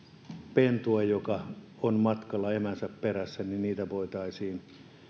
pentueelta joka on matkalla emänsä perässä voitaisiin